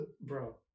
bro